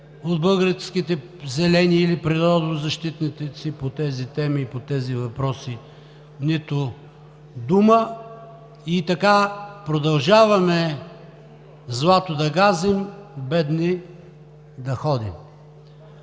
от българските Зелени или природозащитници по тези теми и по тези въпроси нито дума. И така продължаваме злато да газим, бедни да ходим.